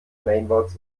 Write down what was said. mainboards